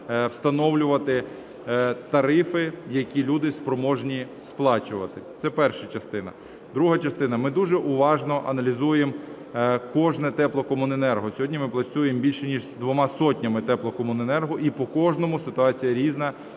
встановлювати тарифи, які люди спроможні сплачувати. Це перша частина. Друга частина. Ми дуже уважно аналізуємо кожне теплокомуненерго. Сьогодні ми працюємо більше ніж з двома сотнями теплокомуненерго, і по кожному ситуація різна.